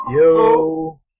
Yo